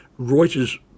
Reuters